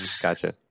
gotcha